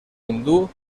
hindú